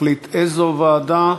נחליט איזו ועדה.